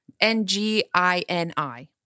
N-G-I-N-I